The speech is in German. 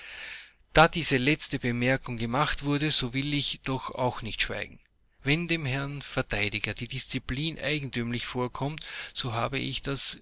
da diese letzte bemerkung gemacht wurde so will ich doch auch nicht schweigen wenn dem herrn verteidiger die disziplin eigentümlich vorkommt so habe ich das